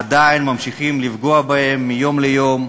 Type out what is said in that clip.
עדיין ממשיכים לפגוע בהם מיום ליום,